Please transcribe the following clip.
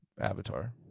Avatar